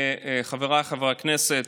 חבריי חברי הכנסת,